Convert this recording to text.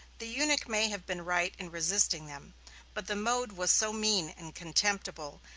the eunuch may have been right in resisting them but the mode was so mean and contemptible,